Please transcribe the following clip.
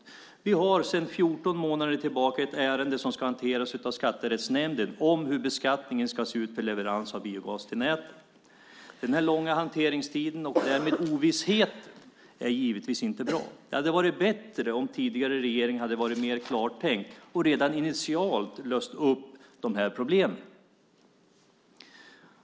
Det finns sedan 14 månader tillbaka ett ärende som ska hanteras av Skatterättsnämnden om hur beskattningen ska se ut för leverans av biogas till nätet. Den långa hanteringstiden, och därmed ovissheten, är givetvis inte bra. Det hade varit bättre om den tidigare regeringen hade varit mer klartänkt och redan initialt löst de här problemen.